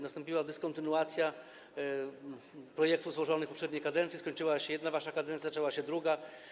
Nastąpiła dyskontynuacja projektów złożonych w poprzedniej kadencji, skończyła się jedna wasza kadencja, zaczęła się druga.